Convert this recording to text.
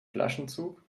flaschenzug